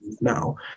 now